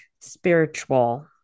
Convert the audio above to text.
spiritual